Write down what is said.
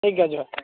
ᱴᱷᱤᱠ ᱜᱮᱭᱟ ᱡᱚᱦᱟᱨ